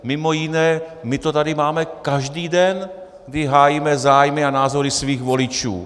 Mimo jiné my to tady máme každý den, kdy hájíme zájmy a názory svých voličů.